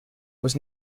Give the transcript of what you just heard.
was